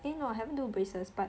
eh no I haven't do braces but